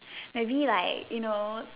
maybe like you know